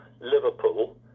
Liverpool